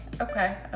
Okay